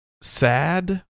sad